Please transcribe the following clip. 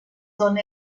son